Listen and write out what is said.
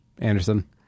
Anderson